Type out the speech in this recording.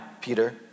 Peter